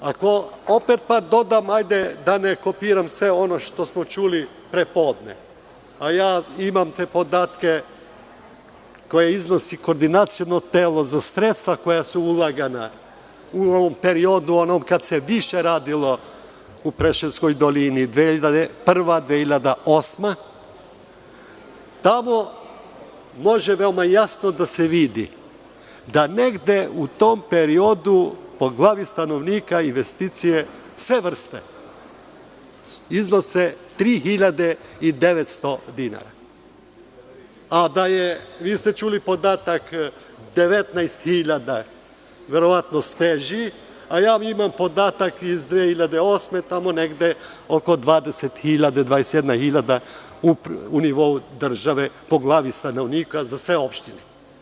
Ako opet, pak dodam, hajde da ne kopiram sve ono što smo čuli prepodne, a imam te podatke koje iznosi koordinaciono telo za sredstva koja su ulagana u ovom periodu onog kada se više radilo u Preševskoj dolini 2001, 2008. godine, tamo može veoma jasno da se vidi da negde u tom periodu po glavi stanovnika investicije sve vrste iznose 3.900 dinara, a vi ste čuli podatak 19.000 verovatno su teži, a ja imam podatak iz 2008. godine tamo negde oko 20.000 - 21.000 u nivou države po glavi stanovnika za sve opštine.